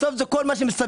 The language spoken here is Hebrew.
בסוף זה כל מה שמסביב.